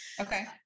Okay